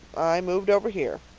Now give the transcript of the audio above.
i moved over here.